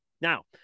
Now